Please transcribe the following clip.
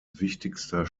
wichtigster